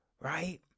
right